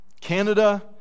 Canada